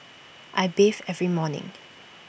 I bathe every morning